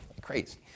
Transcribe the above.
crazy